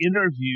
interview